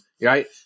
right